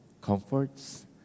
comforts